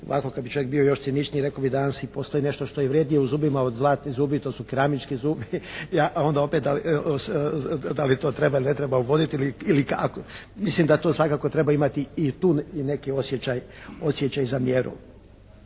ovako kad bi čovjek bio još ciničniji rekao bi danas i postoji nešto što je vrjednije u zubima od zlatnih zubi, to su keramički zubi, a onda opet da li to treba ili ne treba uvoditi ili kako, mislim da to svakako treba imati i tu neki osjećaj za mjeru.